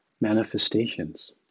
manifestations